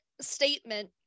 statement